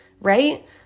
right